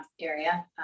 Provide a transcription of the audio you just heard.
area